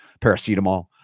paracetamol